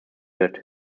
wird